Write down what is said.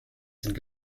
sind